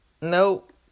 Nope